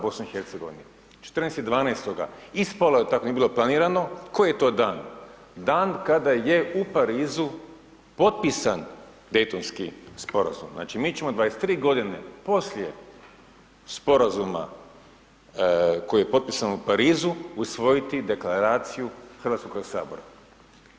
14.12. ispalo je tako, nije bilo planirano, koji je to dan, dan kada je u Parizu potpisan Dejtonski Sporazum, znači, mi ćemo 23 godine poslije Sporazuma koji je potpisan u Parizu, usvojiti Deklaraciju HS-a.